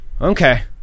Okay